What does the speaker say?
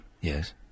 Yes